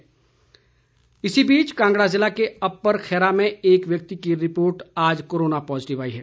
corona update दो इस बीच कांगड़ा जिले के अप्पर खैरा में एक व्यक्ति की रिपोर्ट आज कोरोना पॉजिटिव आई है